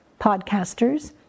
podcasters